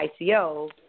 ICO